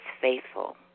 faithful